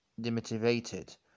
demotivated